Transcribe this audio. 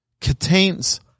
contains